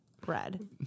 bread